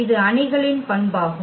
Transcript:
இது அணிகளின் பண்பாகும்